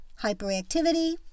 hyperactivity